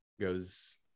goes